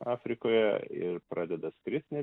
afrikoje ir pradeda skrist